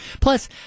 Plus